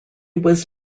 was